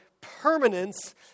permanence